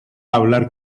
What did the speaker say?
hablar